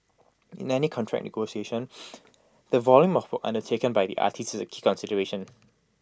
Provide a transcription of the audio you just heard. in any contract negotiation the volume of work undertaken by the artiste is A key consideration